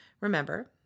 Remember